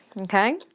Okay